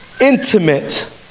intimate